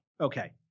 Okay